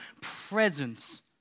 presence